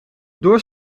door